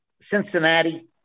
Cincinnati